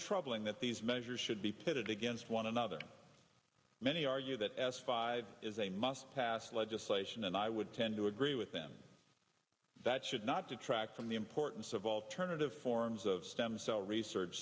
troubling that these measures should be pitted against one another many argue that s five is a must pass legislation and i would tend to agree with them that should not detract from the importance of alternative forms of stem cell research